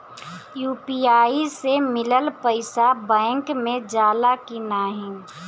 UPI से मिलल पईसा बैंक मे जाला की नाहीं?